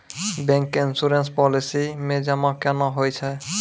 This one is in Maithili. बैंक के इश्योरेंस पालिसी मे जमा केना होय छै?